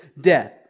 death